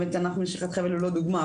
האמת ענף משיכת חבל הוא לא דוגמה,